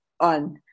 on